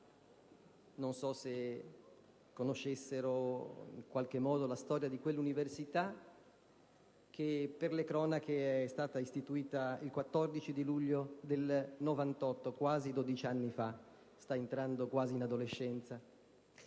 non so se conoscessero in qualche modo la storia di quell'università, che per le cronache - è stata istituita il 14 luglio del 1998, quasi 12 anni (sta entrando nell'adolescenza).